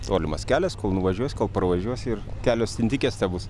tolimas kelias kol nuvažiuos kol pravažiuos ir kelios stintikės tebus